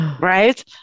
right